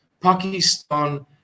Pakistan